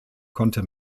konnte